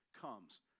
comes